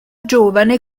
giovane